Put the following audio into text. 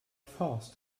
fast